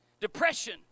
Depression